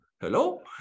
hello